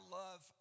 love